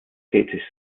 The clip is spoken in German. tätig